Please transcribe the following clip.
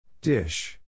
Dish